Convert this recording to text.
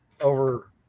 over